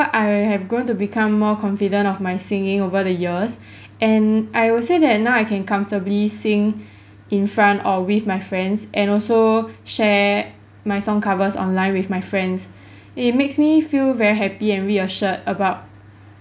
I have grown to become more confident of my singing over the years and I will say that now I can comfortably sing in front or with my friends and also share my song covers online with my friends it makes me feel very happy and reassured about